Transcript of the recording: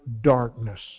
darkness